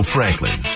Franklin